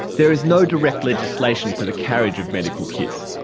there is no direct legislation for the carriage of medical kits.